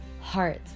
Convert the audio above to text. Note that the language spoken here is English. heart